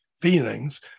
feelings